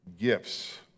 gifts